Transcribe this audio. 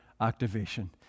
activation